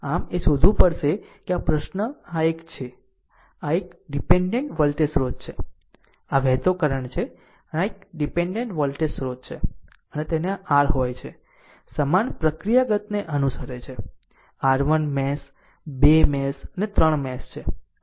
આમ એ શોધવું પડશે કે પ્રશ્ન આ એક છે આ એક ડીપેન્ડેન્ટ વોલ્ટેજ સ્રોત છે આ વહેતો કરંટ છે અને આ એક ડીપેન્ડેન્ટ વોલ્ટેજ સ્રોત છે અને તેને r હોય છે સમાન પ્રક્રિયાગતને અનુસરે છે r 1 મેશ 2 મેશ અને 3 મેશ છે